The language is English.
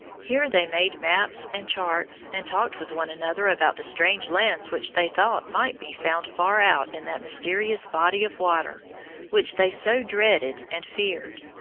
here they made maps and charts, and talked with one another about the strange lands which they thought might be found far out in that mysterious body of water which they so dreaded and feared.